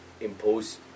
impose